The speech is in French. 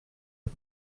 ont